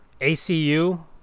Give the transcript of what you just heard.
ACU